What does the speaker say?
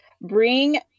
bring